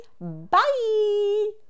bye